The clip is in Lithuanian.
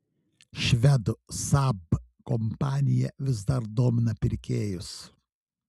švedų saab kompanija vis dar domina pirkėjus